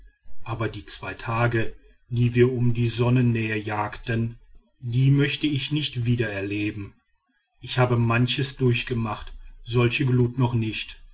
aber die zwei tage die wir um die sonnennähe jagten die möchte ich nicht wieder erleben ich habe manches durchgemacht solche glut noch nicht